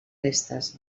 restes